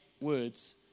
words